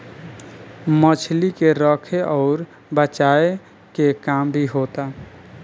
मछली के रखे अउर बचाए के काम भी होता